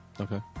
Okay